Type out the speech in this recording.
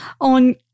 on